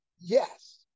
Yes